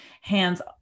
hands